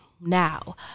now